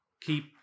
keep